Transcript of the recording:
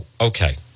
okay